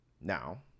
now